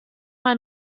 mal